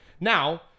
Now